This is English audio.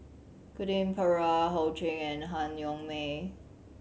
Quentin Pereira Ho Ching and Han Yong May